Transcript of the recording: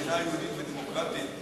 מדינה יהודית ודמוקרטית,